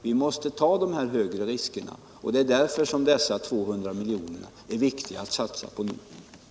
Vi måste ta de större riskerna om vi också skall kunna vinna något. Och det är därför som det är så viktigt att satsa de 200 miljoner som är föreslagna.